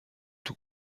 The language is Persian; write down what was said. توو